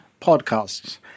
podcasts